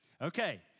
Okay